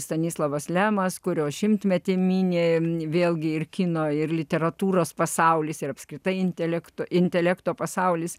stanislavas lemas kurio šimtmetį mini vėlgi ir kino ir literatūros pasaulis ir apskritai intelekto intelekto pasaulis